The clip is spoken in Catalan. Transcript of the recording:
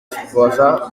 esposa